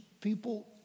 people